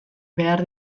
behar